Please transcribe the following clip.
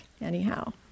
anyhow